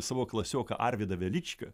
savo klasioką arvydą veličką